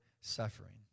suffering